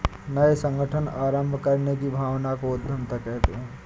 नये संगठन आरम्भ करने की भावना को उद्यमिता कहते है